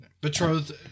Betrothed